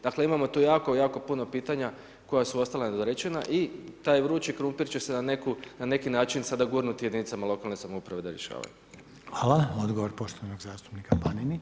Dakle imamo tu jako, jako puno pitanja koja su ostala nedorečena i taj vrući krumpir će se na neki način sada gurnuti jedinicama lokalne samouprave da rješavaju.